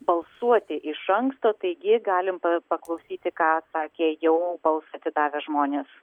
balsuoti iš anksto taigi galim pa paklausyti ką sakė jau balsą atidavę žmonės